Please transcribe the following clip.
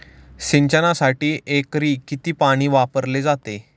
सिंचनासाठी एकरी किती पाणी वापरले जाते?